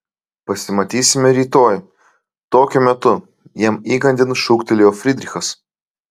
pasimatysime rytoj tokiu metu jam įkandin šūktelėjo frydrichas